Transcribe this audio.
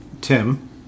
Tim